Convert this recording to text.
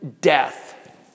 death